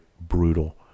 brutal